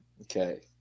Okay